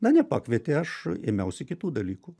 mane pakvietė aš ėmiausi kitų dalykų